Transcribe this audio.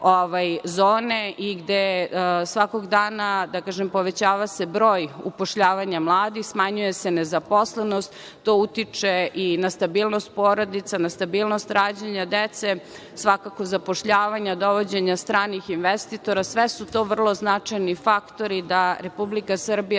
zone i gde se svakog dana, da kažem, povećava broj zapošljavanja mladih, smanjuje se nezaposlenost. To utiče i na stabilnost porodica, na stabilnost rađanja dece, svakako zapošljavanja, dovođenja stranih investitora. Sve su to vrlo značajni faktori da Republika Srbija